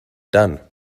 done